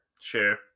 sure